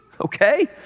Okay